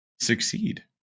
succeed